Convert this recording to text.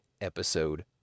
episode